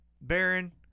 Baron